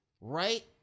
right